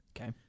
Okay